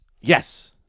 Yes